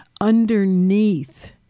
underneath